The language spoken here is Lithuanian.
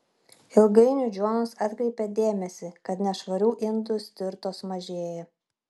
ilgainiui džonas atkreipė dėmesį kad nešvarių indų stirtos mažėja